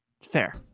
Fair